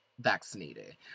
vaccinated